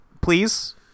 please